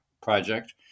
project